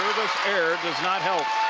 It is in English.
error does not help.